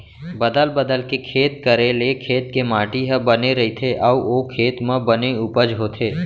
बदल बदल के खेत करे ले खेत के माटी ह बने रइथे अउ ओ खेत म बने उपज होथे